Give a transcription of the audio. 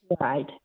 right